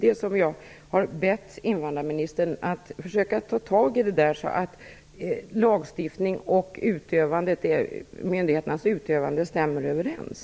Jag har därför bett invandrarministern att försöka ta tag i den frågan, så att lagstiftningen och myndighetsutövningen stämmer överens.